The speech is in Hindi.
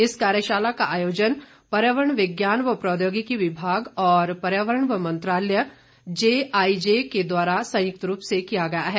इस कार्यशाला का आयोजन पर्यावरण विज्ञान व प्रौद्योगिकी विभाग और पर्यावरण व मंत्रालय जेआईजे द्वारा संयुक्त रूप से किया गया है